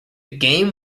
game